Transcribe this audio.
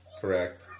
correct